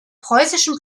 preußischen